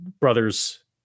brothers